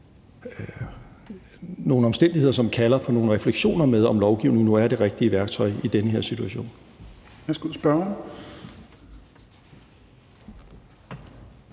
nogle omstændigheder, som kalder på nogle refleksioner af, om lovgivning nu er det rigtige værktøj i den her situation.